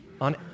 on